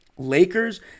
lakers